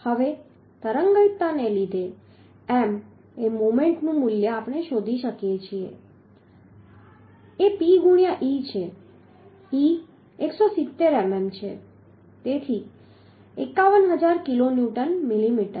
હવે તરંગીતાને લીધે M એ મોમેન્ટનું મૂલ્ય આપણે શોધી શકીએ છીએ આ P ગુણ્યા e છે e 170 mm છે તેથી 51000 કિલોન્યુટન મિલીમીટર છે